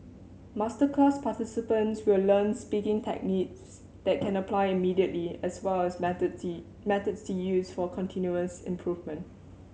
masterclass participants will learn speaking techniques they can apply immediately as well as methods methods to use for continuous improvement